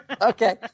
Okay